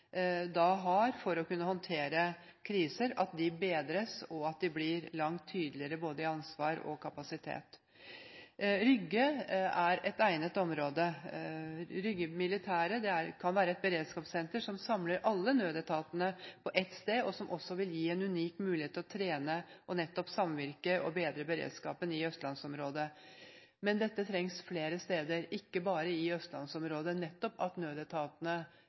Norge har for å kunne håndtere kriser, at dette bedres og blir langt tydeligere når det gjelder både ansvar og kapasitet. Rygge er et egnet område. Rygge militære flystasjon kan være et beredskapssenter som samler alle nødetatene på ett sted, noe som også vil gi en unik mulighet til nettopp å trene, samvirke og bedre beredskapen i østlandsområdet. Men dette trengs flere steder, ikke bare i